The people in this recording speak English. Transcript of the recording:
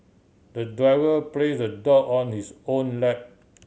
the driver place the dog on his own lap